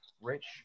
rich